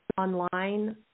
Online